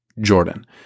Jordan